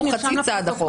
אפילו חצי צעד אחורה.